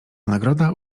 nagroda